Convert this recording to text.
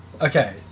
Okay